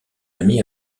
ami